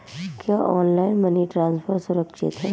क्या online money transfer सुरक्षित है?